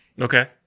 okay